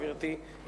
גברתי,